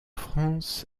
france